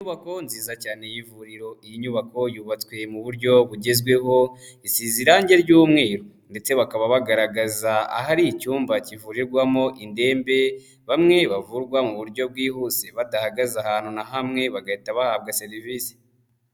Inyubako nziza cyane y'ivuriro, iyi nyubako yubatswe mu buryo bugezweho, isize irangi ry'umweru, ndetse bakaba bagaragaza ahari icyumba kivurirwamo indembe, bamwe bavurwa mu buryo bwihuse badahagaze ahantu na hamwe bagahita bahabwa serivisi.